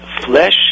flesh